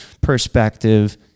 perspective